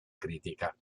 critica